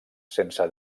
sense